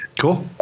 Cool